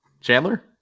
chandler